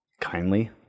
Kindly